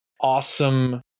awesome